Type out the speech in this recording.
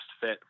fit